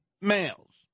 Males